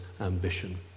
ambition